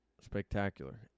spectacular